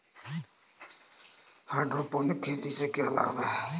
Hydroponic खेती से क्या लाभ हैं?